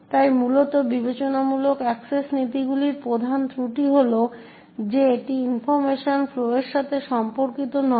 তাই মূলত বিবেচনামূলক অ্যাক্সেস নীতিগুলির প্রধান ত্রুটি হল যে এটি ইনফরমেশন ফ্লো সাথে সম্পর্কিত নয়